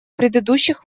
предыдущих